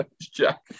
jack